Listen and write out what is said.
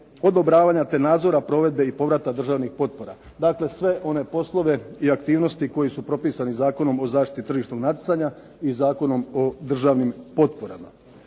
odobravanja te nadzora provedbe i povrata državnih potpora. Dakle, sve one poslove i aktivnosti koji su propisani Zakonom o zaštiti tržišnog natjecanja i Zakonom o državnim potporama.